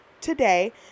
today